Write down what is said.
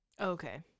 Okay